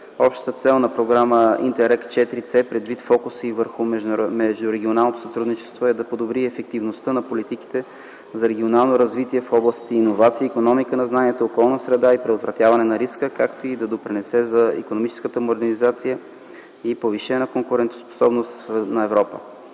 Общата цел на програма „ИНТЕРРЕГ IVC”, предвид фокуса й върху междурегионалното сътрудничество, е да подобри ефективността на политиките за регионално развитие в областите иновации, икономика на знанието, околна среда и предотвратяване на риска, както и да допринесе за икономическата модернизация и повишена конкурентоспособност на Европа.